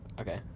Okay